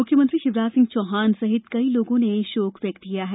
मुख्यमंत्री शिवराज सिंह चौहान सहित कई लोगों ने शोक व्यक्त किया है